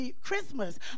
christmas